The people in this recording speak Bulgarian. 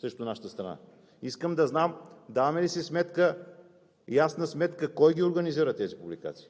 срещу нашата страна? Искам да знам даваме ли си ясна сметка кой организира тези публикации?